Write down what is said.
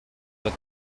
bod